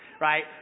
right